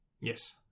Yes